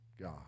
God